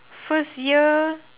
first year